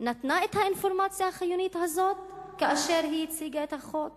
נתנה את האינפורמציה החיונית הזאת כאשר היא הציגה את החוק